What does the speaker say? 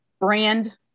brand